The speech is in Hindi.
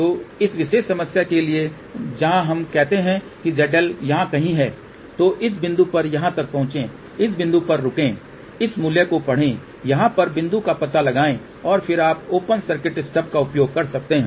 तो इस विशेष समस्या के लिए जहां हम कहते हैं कि zL यहां कहीं है तो इस बिंदु पर यहां तक पहुंचें इस बिंदु पर रुकें इस मूल्य को पढ़ें यहां पर बिंदु का पता लगाएं और फिर आप ओपन सर्किट स्टब का उपयोग कर सकते हैं